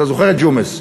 אתה זוכר את ג'ומס,